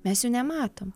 mes jų nematom